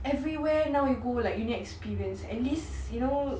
everywhere now you go like you need experience and this you know